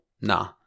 Nah